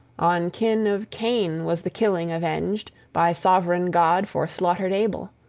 on kin of cain was the killing avenged by sovran god for slaughtered abel.